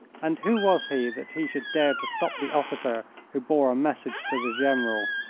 and who was he that he should dare to stop the officer who bore a message to the general?